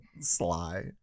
Sly